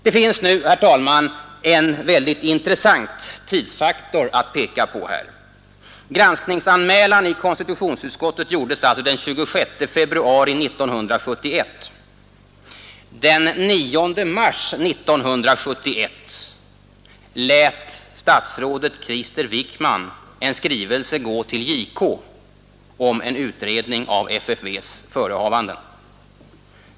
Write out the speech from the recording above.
Det finns nu, herr talman, en väldigt intressant tidsfaktor att peka på. Granskningsanmälan i konstitutionsutskottet gjordes alltså den 26 februari 1971. Den 9 mars 1971 lät statsrådet Krister Wickman en skrivelse gå till JK om en utredning av FFV :s förehavanden.